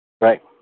Right